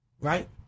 right